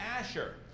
Asher